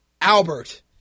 Albert